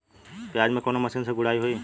प्याज में कवने मशीन से गुड़ाई होई?